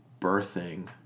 birthing